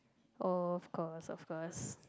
of course of course